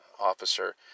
officer